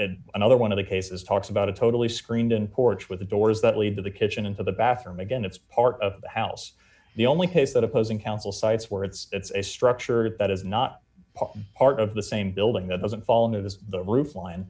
welling another one of the cases talks about a totally screened in porch with the doors that lead to the kitchen into the bathroom again it's part of the house the only his that opposing counsel sites where it's a structure that is not part of the same building that doesn't fall into this the roof line